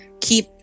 keep